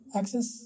access